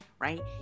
right